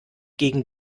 gegen